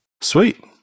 Sweet